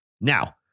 Now